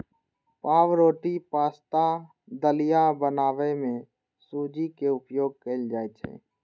पावरोटी, पाश्ता, दलिया बनबै मे सूजी के उपयोग कैल जाइ छै